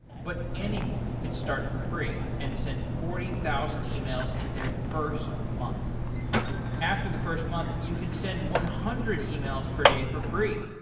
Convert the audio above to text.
but anyone can start for free and send forty thousand emails in their first month after the first month you can send one hundred emails per day for free.